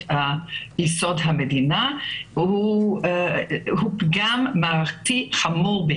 היסוד של המדינה היא פגם מערכתי חמור.